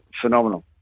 phenomenal